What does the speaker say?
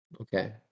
Okay